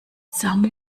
some